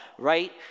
right